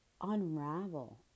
unravel